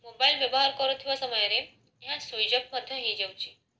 mobile ବ୍ୟବହାର କରୁଥିବା ସମୟରେ ଏହା ସୁଇଚ଼୍ ଅଫ୍ ମଧ୍ୟ ହେଇଯାଉଛି